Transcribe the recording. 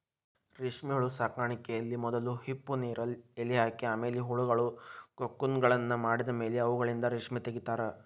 ರೇಷ್ಮೆಹುಳು ಸಾಕಾಣಿಕೆಯಲ್ಲಿ ಮೊದಲು ಹಿಪ್ಪುನೇರಲ ಎಲೆ ಹಾಕಿ ಆಮೇಲೆ ಹುಳಗಳು ಕೋಕುನ್ಗಳನ್ನ ಮಾಡಿದ್ಮೇಲೆ ಅವುಗಳಿಂದ ರೇಷ್ಮೆ ತಗಿತಾರ